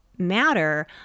matter